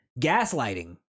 Gaslighting